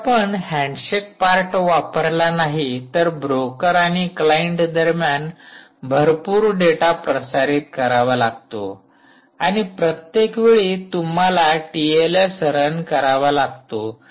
जर आपण handshake part वापरला नाही तर ब्रोकर आणि क्लाइंट दरम्यान भरपूर डेटा प्रसारित करावा लागतो आणि प्रत्येक वेळी तुम्हाला टिएलएस रन करावा लागतो